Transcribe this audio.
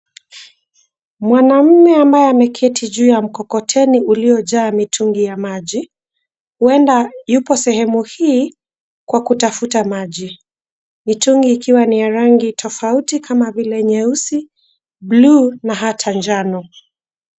Mwanamume ambaye ameketi juu ya mkokoteni uliojaa mitungi ya maji. Huenda yupo sehemu hii kwa kutafuta maji. Mitungi ikiwa ni ya rangi tofauti kama vile nyeusi, buluu na hata njano.